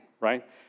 right